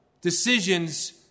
decisions